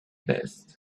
best